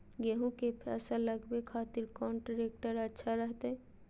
गेहूं के फसल लगावे खातिर कौन ट्रेक्टर अच्छा रहतय?